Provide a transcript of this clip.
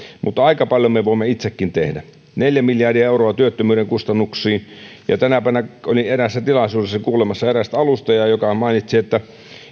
mutta aika paljon me voimme itsekin tehdä neljä miljardia euroa työttömyyden kustannuksiin ja tänä päivänä olin eräässä tilaisuudessa kuulemassa erästä alustajaa joka mainitsi että